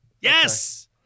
Yes